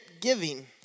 giving